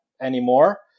anymore